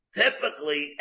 typically